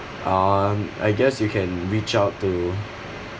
um I guess you can reach out to